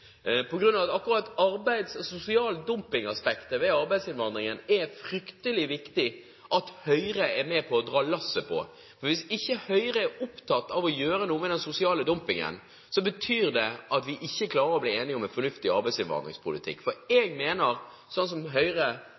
akkurat når det gjelder arbeids- og sosial dumpingaspektet ved arbeidsinnvandringen, er det fryktelig viktig at Høyre er med på å dra lasset. Hvis ikke Høyre er opptatt av å gjøre noe med den sosiale dumpingen, betyr det at vi ikke klarer å bli enige om en fornuftig arbeidsinnvandringspolitikk. Jeg vil berømme Trond Helleland for